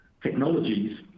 technologies